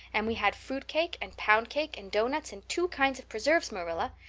and we had fruit cake and pound cake and doughnuts and two kinds of preserves, marilla.